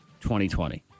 2020